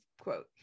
quote